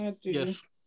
Yes